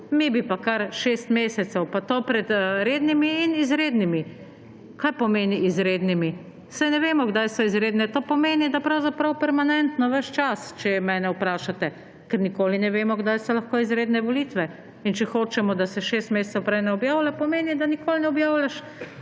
mi bi pa kar 6 mesecev; pa to pred rednimi in izrednimi. Kaj pomeni »izrednimi«? Saj ne vemo, kdaj so izredne! To pomeni, da pravzaprav permanentno ves čas, če mene vprašate, ker nikoli ne vemo, kdaj so lahko izredne volitve. In če hočemo, da se šest mesecev prej ne objavlja, pomeni, da nikoli ne objavljaš